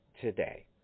today